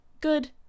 good